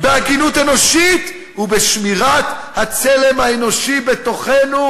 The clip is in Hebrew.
בהגינות אנושית ובשמירת הצלם האנושי בתוכנו,